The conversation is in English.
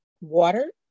water